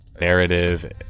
narrative